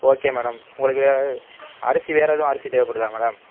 okay madam உங்களுக்கு அரிசி வேறு எதுவும் அரிசி தேவைப்படுதா மேடம்